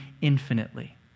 infinitely